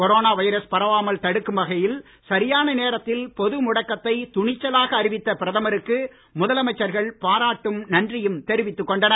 corona virus பரவாமல் தடுக்கும் வகையில் சரியான நேரத்தில் பொது முடக்கத்தை துணிச்சலாக அறிவித்த பிரதமருக்கு முதலமைச்சர்கள் பாராட்டும் நன்றியும் தெரிவித்துக் கொண்டனர்